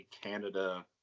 Canada